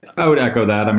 i would echo that. and